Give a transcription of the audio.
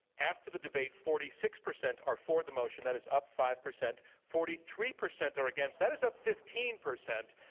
after the debate, forty six percent percent are for the motion. that is up five percent. forty three percent are against. that is up fifteen percent.